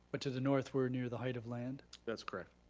but to the north we're near the height of land? that's correct.